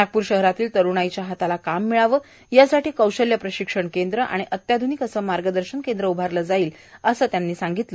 नागपूर शहरातील तरूणाईच्या हाताला काम मिळावं यासाठी कौशल्य प्रशिक्षण केंद्र आणि अत्याध्निक असं मार्गदर्शन केंद्र उभारलं जाईल असं ही ते म्हणाले